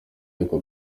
ariko